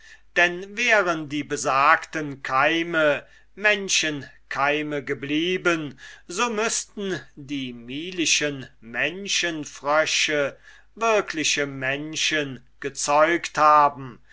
denn wären die besagten keime menschenkeime geblieben so müßten die milischen oder menschenfrösche wirkliche menschen gezeugt haben